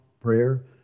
Prayer